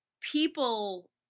people